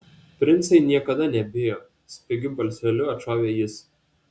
princai niekada nebijo spigiu balseliu atšovė jis